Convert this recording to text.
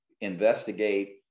investigate